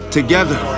Together